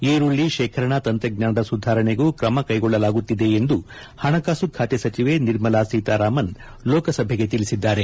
ಈರುಳ್ಳಿ ಶೇಖರಣಾ ತಂತ್ರಜ್ಞಾನದ ಸುಧಾರಣೆಗೂ ಕ್ರಮ ಕೈಗೊಳ್ಳಲಾಗುತ್ತಿದೆ ಎಂದು ಹಣಕಾಸು ಸಚಿವೆ ನಿರ್ಮಲಾ ಸೀತಾರಾಮನ್ ಲೋಕಸಭೆಗೆ ತಿಳಿಸಿದ್ದಾರೆ